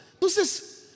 Entonces